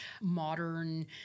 modern